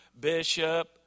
bishop